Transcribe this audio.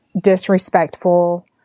disrespectful